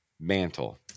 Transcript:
mantle